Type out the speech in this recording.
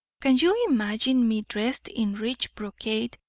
can you imagine me dressed in rich brocade,